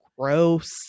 Gross